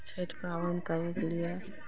छैठ पाबनि करयके लिये